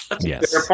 yes